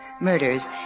murders